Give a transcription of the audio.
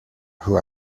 who